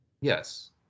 Yes